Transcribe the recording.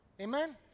Amen